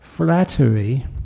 Flattery